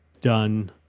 done